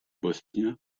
bosnien